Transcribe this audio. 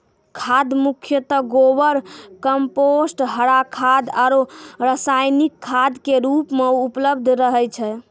खाद मुख्यतः गोबर, कंपोस्ट, हरा खाद आरो रासायनिक खाद के रूप मॅ उपलब्ध रहै छै